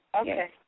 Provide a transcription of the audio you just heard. Okay